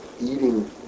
eating